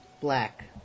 black